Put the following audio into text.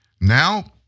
Now